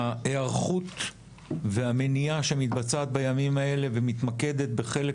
ההיערכות והמניעה שמתבצעת בימים האלה ומתקדמת בחלק